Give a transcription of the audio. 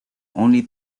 only